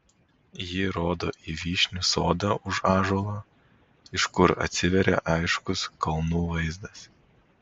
ji rodo į vyšnių sodą už ąžuolo iš kur atsiveria aiškus kalnų vaizdas